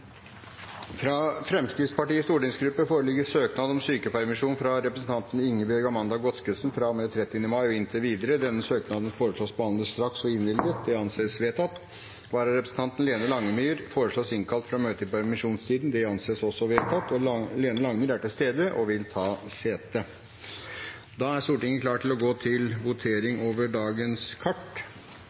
Fra Fremskrittspartiets stortingsgruppe foreligger søknad om sykepermisjon for representanten Ingebjørg Amanda Godskesen fra og med 30. mai og inntil videre. Lene Langemyr er til stede og vil ta sete. Vi er da klare til å gå til votering.